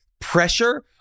pressure